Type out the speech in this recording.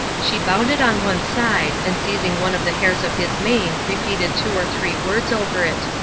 she bounded on one side, and seizing one of the hairs of his mane repeated two or three words over it.